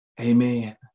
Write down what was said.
Amen